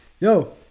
Yo